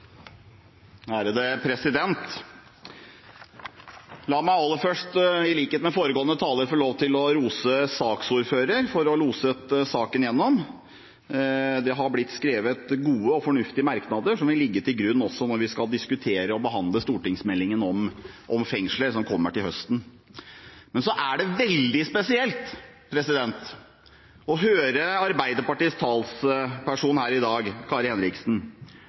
La meg aller først, i likhet med foregående taler, få lov til å rose saksordføreren for å ha loset saken gjennom. Det har blitt skrevet gode og fornuftige merknader, som vil ligge til grunn når vi skal diskutere og behandle stortingsmeldingen om fengsler som kommer til høsten. Men det er veldig spesielt å høre Arbeiderpartiets talsperson Kari Henriksen her i dag